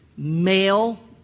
male